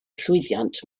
llwyddiant